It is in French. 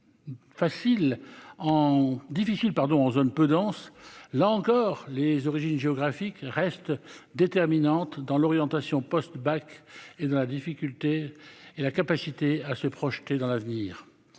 en zone peu denses, là encore, les origines géographiques restent déterminantes dans l'orientation post- bac et dans la difficulté et la capacité à se projeter dans l'avenir,